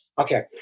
Okay